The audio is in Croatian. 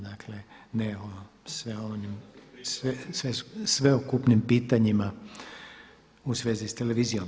Dakle ne o sveukupnim pitanjima u svezi s televizijom.